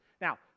Now